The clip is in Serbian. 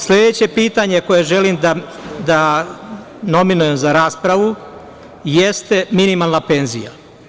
Sledeće pitanje koje želim da nominujem za raspravu jeste minimalna penzija.